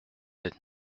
sept